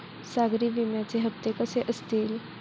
सागरी विम्याचे हप्ते कसे असतील?